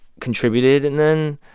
contributed and then